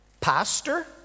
pastor